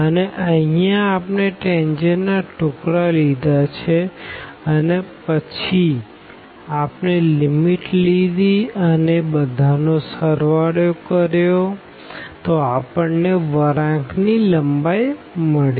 અને અહિયાં આપણે ટેનજેન્ટ ના ટુકડા લીધા છે અને પછી અપને લીમીટ લીધી અને તે બધા નો સળવાળો કર્યો તો આપણને વળાંક ની લંબાઈ મળી